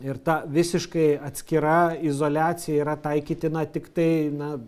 ir ta visiškai atskira izoliacija yra taikytina tiktai na